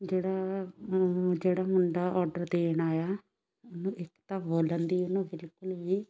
ਜਿਹੜਾ ਜਿਹੜਾ ਮੁੰਡਾ ਔਡਰ ਦੇਣ ਆਇਆ ਉਹਨੂੰ ਇੱਕ ਤਾਂ ਬੋਲਣ ਦੀ ਉਹਨੂੰ ਬਿਲਕੁਲ ਵੀ